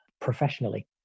professionally